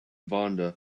vonda